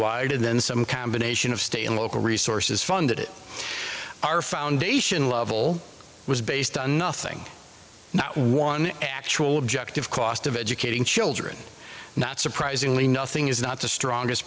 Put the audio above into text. wide and then some combination of state and local resources funded our foundation level was based on nothing not one actual joked of cost of educating children not surprisingly nothing is not the strongest